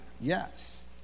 Yes